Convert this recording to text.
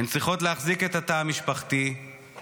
הן צריכות להחזיק את התא המשפחתי לבד.